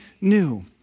new